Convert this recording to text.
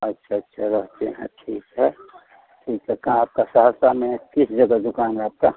अच्छा अच्छा रहते हैं ठीक है ठीक है कहाँ आपका सहरसा में किस जगह दुकान है आपकी